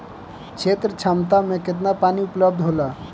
क्षेत्र क्षमता में केतना पानी उपलब्ध होला?